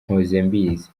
mpozembizi